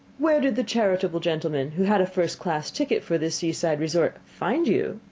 where did the charitable gentleman who had a first-class ticket for this seaside resort find you?